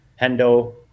Hendo